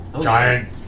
Giant